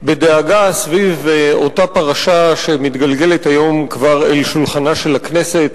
בדאגה סביב אותה פרשה שמתגלגלת היום כבר אל שולחנה של הכנסת,